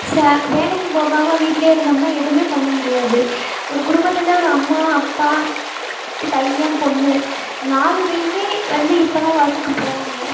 ச வேலைக்கு போகாமல் வீட்டிலே இருந்தோம்னால் எதுவுமே பண்ணமுடியாது ஒரு குடும்பத்தில் ஒரு அம்மா அப்பா பையன் பொண்ணு நாலு பேருமே வந்து இப்பெலாம் ஒர்க்குக்கு போகிறாங்க